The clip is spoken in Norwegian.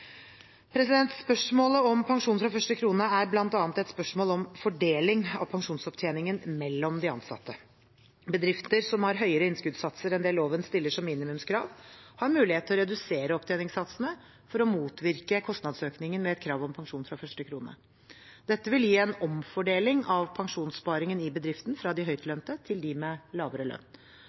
Spørsmålet om pensjon fra første krone er bl.a. et spørsmål om fordeling av pensjonsopptjeningen mellom de ansatte. Bedrifter som har høyere innskuddssatser enn det loven stiller som minimumskrav, har mulighet til å redusere opptjeningssatsene for å motvirke kostnadsøkningen ved et krav om pensjon fra første krone. Dette vil gi en omfordeling av pensjonssparingen i bedriften fra de høytlønnede til de med lavere lønn.